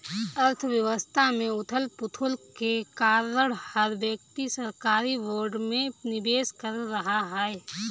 अर्थव्यवस्था में उथल पुथल के कारण हर व्यक्ति सरकारी बोर्ड में निवेश कर रहा है